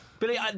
Billy